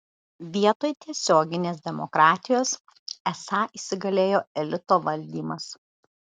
vietoj tiesioginės demokratijos esą įsigalėjo elito valdymas